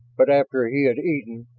but after he had eaten,